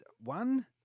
One